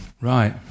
Right